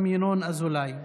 גם הצעה זו לא עברה.